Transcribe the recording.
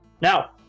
Now